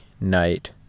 night